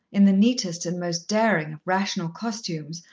in the neatest and most daring of rational costumes,